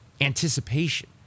anticipation